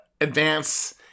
advance